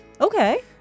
Okay